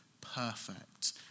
perfect